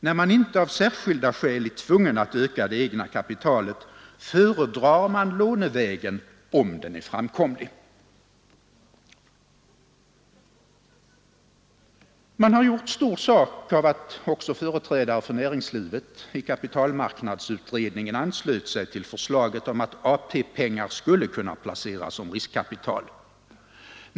När man inte av särskilda skäl är tvungen att öka det egna kapitalet föredrar man lånevägen om den är framkomlig. Man har gjort stor sak av att också företrädare för näringslivet i kapitalmarknadsutredningen anslöt sig till förslaget om att AP-pengar skulle kunna placeras som riskkapital.